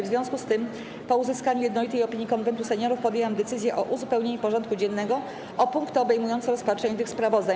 W związku z tym, po uzyskaniu jednolitej opinii Konwentu Seniorów, podjęłam decyzję o uzupełnieniu porządku dziennego o punkty obejmujące rozpatrzenie tych sprawozdań.